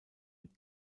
mit